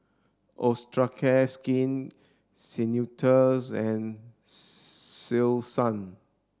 Osteocare Skin Ceuticals and Selsun